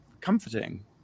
comforting